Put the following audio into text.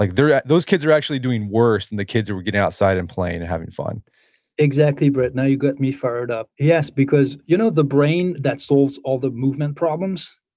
like yeah those kids are actually doing worse than the kids who are getting outside and playing and having fun exactly, brett. now you've got me fired up. yes because you know the brain that solves all the movement problems,